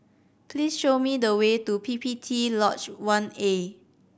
please show me the way to P P T Lodge One A